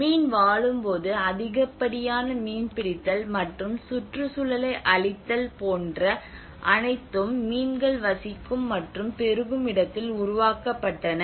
மீன் வாழும்போது அதிகப்படியான மீன்பிடித்தல் மற்றும் சுற்றுச்சூழலை அழித்தல் போன்ற அனைத்தும் மீன்கள் வசிக்கும் மற்றும் பெருகும் இடத்தில் உருவாக்கப்பட்டன